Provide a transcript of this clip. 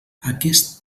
aquest